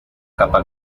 capa